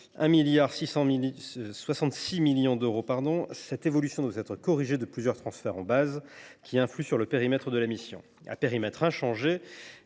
1,066 milliard d’euros, cette évolution doit être corrigée de plusieurs transferts en base qui influent sur le périmètre de la mission. À périmètre inchangé,